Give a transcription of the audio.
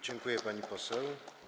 Dziękuję, pani poseł.